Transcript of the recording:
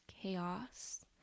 chaos